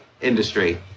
industry